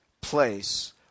place